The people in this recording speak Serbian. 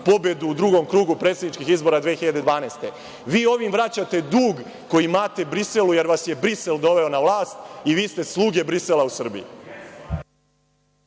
pobedu u drugom krugu predsedničkih izbora 2012. godine. Vi ovim vraćate dug koji imate Briselu, jer vas je Brisel doveo na vlast i vi ste sluge Brisela u Srbiji.